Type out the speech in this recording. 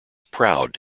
proud